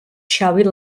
შავი